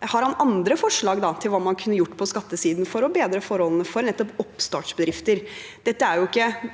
har han da andre forslag til hva man kunne gjort på skattesiden for å bedre forholdene for nettopp oppstartsbedrifter? Dette gjelder ikke